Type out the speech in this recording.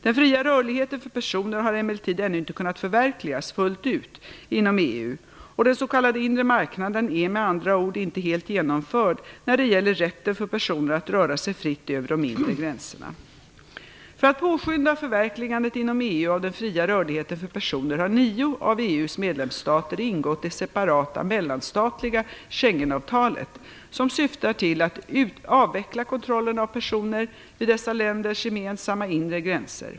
Den fria rörligheten för personer har emellertid ännu inte kunnat förverkligas fullt ut inom EU, och den s.k. inre marknaden är med andra ord inte helt genomförd när det gäller rätten för personer att röra sig fritt över de inre gränserna. För att påskynda förverkligandet inom EU av den fria rörligheten för personer har nio av EU:s medlemsstater ingått det separata mellanstatliga Schengenavtalet, som syftar till att avveckla kontrollen av personer vid dessa länders gemensamma, inre gränser.